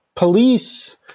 Police